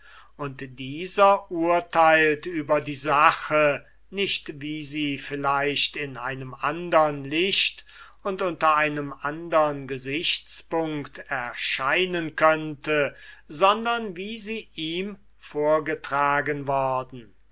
und dieser urteilt über die sache nicht wie sie vielleicht in einem andern licht und unter einem andern gesichtspunct erscheinen könnte sondern wie sie ihm vorgetragen worden